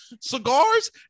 cigars